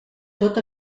tot